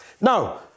Now